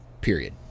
period